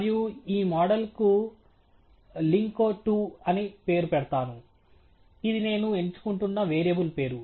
మరియు ఈ మోడల్కు లింకో2 అని పేరు పెడతాను ఇది నేను ఎంచుకుంటున్న వేరియబుల్ పేరు